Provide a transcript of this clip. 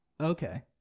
Okay